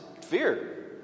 fear